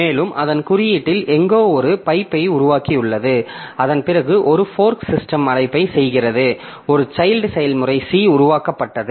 மேலும் அதன் குறியீட்டில் எங்கோ அது ஒரு பைப்பை உருவாக்கியுள்ளது அதன் பிறகு ஒரு ஃபோர்க் சிஸ்டம் அழைப்பை செய்கிறது ஒரு சைல்ட் செயல்முறை C உருவாக்கப்பட்டது